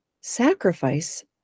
sacrifice